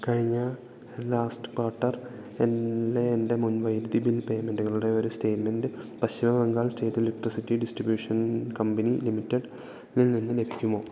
കഴിഞ്ഞ last quarter ലെ എൻ്റെ മുൻ വൈദ്യുതി ബിൽ പേയ്മെൻ്റുകളുടെ ഒരു statement Paschim Bengal state electricity distribution company limited ൽ നിന്ന് ലഭിക്കുമോ